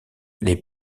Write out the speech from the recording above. les